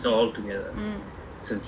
um